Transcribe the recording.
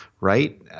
right